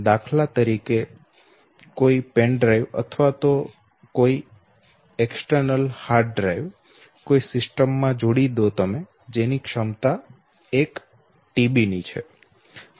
દાખલા તરીકે તમે બાહ્ય ડ્રાઇવ કોઈ સિસ્ટમ માં જોડી દીધી છે જેની ક્ષમતા TB ટેરા બાઇટ્સ ની છે